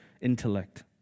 intellect